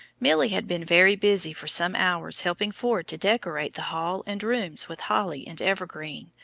milly had been very busy for some hours helping ford to decorate the hall and rooms with holly and evergreen,